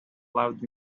loved